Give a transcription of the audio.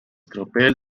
tropel